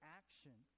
action